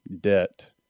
debt